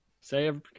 Say